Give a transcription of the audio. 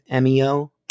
meo